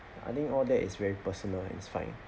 I think all that is very personal it's fine